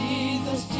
Jesus